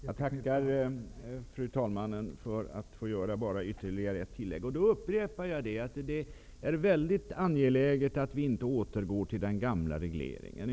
Fru talman! Jag tackar för att jag får göra ytterligare ett inlägg. Jag upprepar att det är mycket angeläget att vi inte återgår till den gamla regleringen.